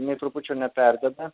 nė trupučio neperdeda